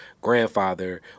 grandfather